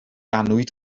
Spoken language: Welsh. annwyd